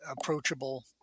approachable